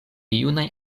junaj